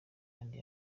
kandi